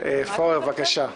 פורר, בבקשה.